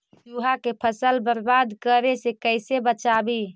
चुहा के फसल बर्बाद करे से कैसे बचाबी?